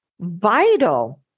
Vital